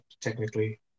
technically